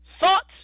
Thoughts